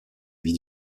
vie